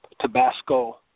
Tabasco